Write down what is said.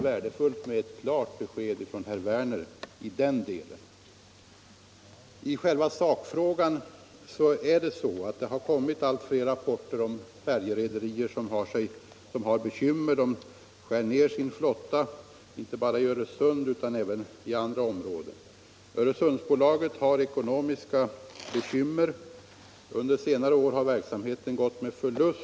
I själva sakfrågan har det kommit allt fler rapporter om färjerederier som har bekymmer och skär ned sin flotta, inte bara i Öresund utan även i andra områden. Öresundsbolaget har ekonomiska bekymmer. Under senare år har verksamheten gått med förlust.